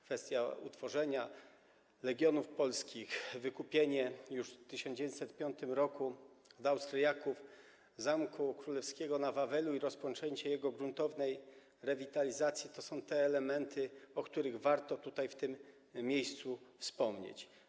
Kwestia utworzenia Legionów Polskich, wykupienie już w 1905 r. od Austriaków Zamku Królewskiego na Wawelu i rozpoczęcie jego gruntownej rewitalizacji to są te elementy, o których warto tutaj, w tym miejscu, wspomnieć.